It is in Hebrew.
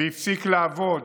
והפסיק לעבוד,